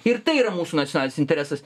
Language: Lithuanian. ir tai yra mūsų nacionalinis interesas